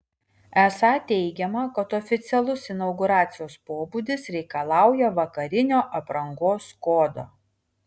esą teigiama kad oficialus inauguracijos pobūdis reikalauja vakarinio aprangos kodo